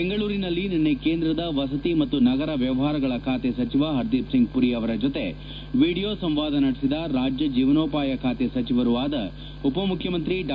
ಬೆಂಗಳೂರಿನಲ್ಲಿ ನಿನ್ನೆ ಕೇಂದ್ರದ ವಸತಿ ಮತ್ತು ನಗರ ವ್ಯವಹಾರಗಳ ಖಾತೆ ಸಚಿವ ಪರ್ದೀಪ್ಸಿಂಗ್ ಪುರಿ ಅವರ ಜತೆ ವಿಡಿಯೋ ಸಂವಾದ ನಡೆಸಿದ ರಾಜ್ಯ ಜೀವನೋಪಾಯ ಖಾತೆ ಸಚಿವರೂ ಆದ ಉಪ ಮುಖ್ಯಮಂತ್ರಿ ಡಾ